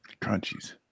Crunchies